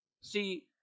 see